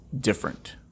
different